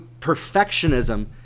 perfectionism